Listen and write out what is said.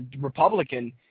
Republican